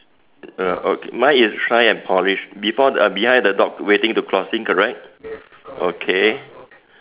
uh okay mine is shine and polish before uh behind the dog waiting to crossing correct okay